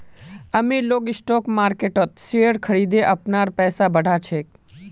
अमीर लोग स्टॉक मार्किटत शेयर खरिदे अपनार पैसा बढ़ा छेक